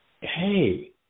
hey –